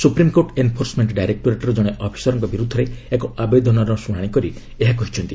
supreme court enforcement ଡାଇରେକ୍ଟୋରେଟ୍ର ଜଣେ ଅଫିସରଙ୍କ ବିରୁଦ୍ଧରେ ଏକ ଆବେଦନର ଶୁଣାଣି କରି ଏହା କହିଛନ୍ତି